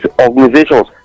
organizations